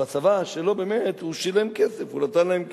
אבל בצבא שלו באמת הוא שילם כסף, הוא נתן להם כסף.